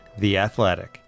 theathletic